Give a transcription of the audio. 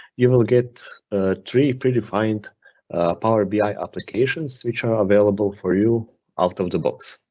you will get three predefined power bi applications which are available for you out-of-the-box.